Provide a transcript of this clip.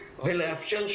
זה יותר קשור לרשות המקומית.